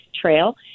trail